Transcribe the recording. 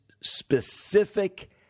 specific